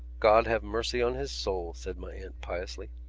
god have mercy on his soul, said my aunt piously.